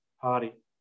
party